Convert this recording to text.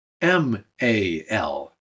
M-A-L